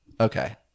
Okay